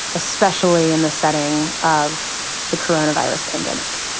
especially in the setting of the coronavirus pandemic.